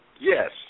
yes